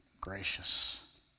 gracious